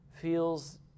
feels